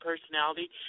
personality